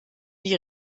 die